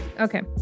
Okay